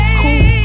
cool